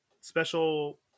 special